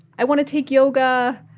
i want to take yoga.